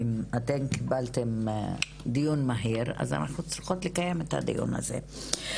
אתן קיבלתן דיון מהיר אז אנחנו חייבות לקיים את הדיון הזה.